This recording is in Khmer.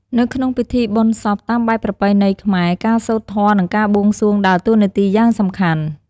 នៅក្នុងពិធីបុណ្យសពតាមបែបប្រពៃណីខ្មែរ ការសូត្រធម៌ និងការបួងសួងដើរតួនាទីយ៉ាងសំខាន់។